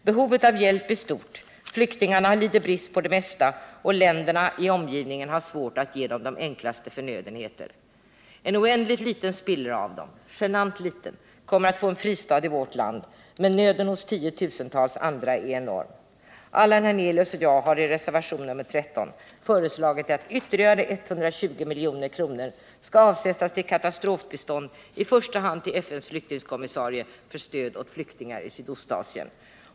Behovet av hjälp är stort, flyktingarna lider brist på det mesta, och länderna i omgivningen har svårt att ge dem ens de enklaste förnödenheter. En oändligt liten spillra av dem, genant liten, kommer att få en fristad i vårt land, men nöden hos tiotusentals andra är enorm. Allan Hernelius och jag har i reservationen 13 föreslagit att ytterligare 120 milj.kr. skall avsättas till katastrofbistånd i första hand till FN:s flyktingkommissarie för stöd åt flyktingar i Sydostasien.